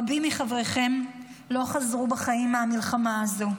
רבים מחבריכם לא חזרו בחיים מהמלחמה הזאת.